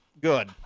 good